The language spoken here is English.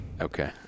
Okay